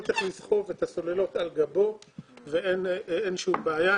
צריך לסחוב את הסוללות על גבו ואין שום בעיה.